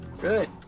Good